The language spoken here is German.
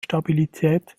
stabilität